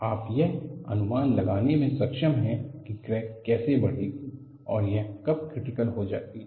आप यह अनुमान लगाने में सक्षम हैं कि क्रैक कैसे बढ़ेगी और यह कब क्रिटिकल हो जाती है